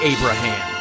Abraham